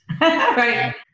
Right